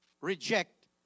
reject